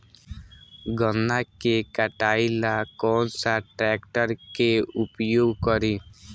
गन्ना के कटाई ला कौन सा ट्रैकटर के उपयोग करी?